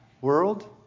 World